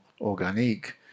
organique